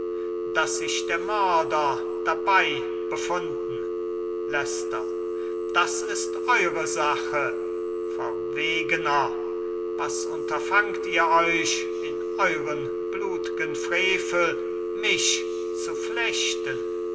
daß sich der mörder dabei befunden leicester das ist eure sache verwegener was unterfangt ihr euch in euren blut'gen frevel mich zu flechten